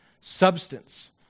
substance